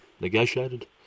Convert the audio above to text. negotiated